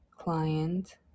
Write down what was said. Client